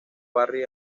barry